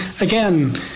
again